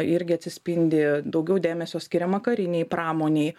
irgi atsispindi daugiau dėmesio skiriama karinei pramonei